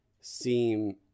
seem